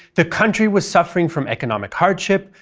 the country was suffering from economic hardship,